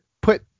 put